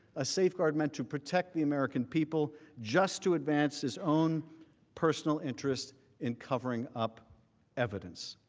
a safeguard meant to protect the american people just to advance his own personal interests in covering up evidence.